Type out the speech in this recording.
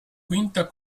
quinta